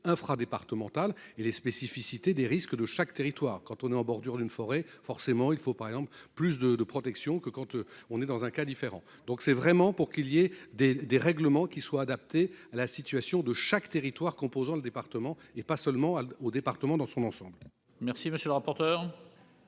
infra-départementale et les spécificités des risques de chaque territoire quand on est en bordure d'une forêt, forcément il faut par exemple plus de de protection que quand on est dans un cas différent, donc c'est vraiment pour qu'il y ait des des règlements qui soit adapté à la situation de chaque territoire composant le département et pas seulement au département dans son ensemble. Merci monsieur le rapporteur.